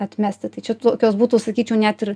atmesti tai čia tokios būtų sakyčiau net ir